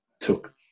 took